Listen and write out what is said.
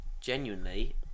Genuinely